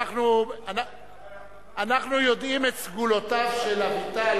אנחנו יודעים את סגולותיו של אביטל,